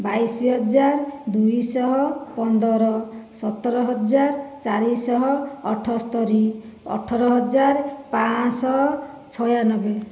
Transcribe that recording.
ବାଇଶି ହଜାର ଦୁଇଶହ ପନ୍ଦର ସତର ହଜାର ଚାରିଶହ ଅଠସ୍ତରି ଅଠର ହଜାର ପାଞ୍ଚଶହ ଛୟାନବେ